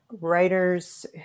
writers